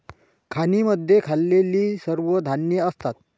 खाणींमध्ये खाल्लेली सर्व धान्ये असतात